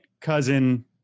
cousin